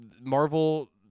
Marvel –